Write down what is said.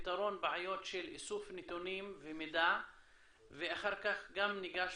פתרון בעיות של איסוף נתונים ומידע ואחר כך גם ניגש